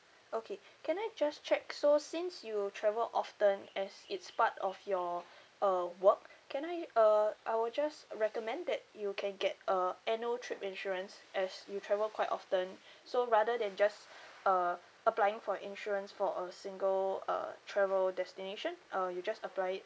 okay can I just check so since you travel often as it's part of your uh work can I uh I will just recommend that you can get uh annual trip insurance as you travel quite often so rather than just uh applying for insurance for a single uh travel destination uh you just apply it